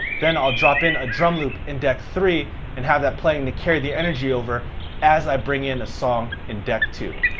then i'll drop in a drum loop in deck three and have that playing to carry the energy over as i bring in a song in deck two.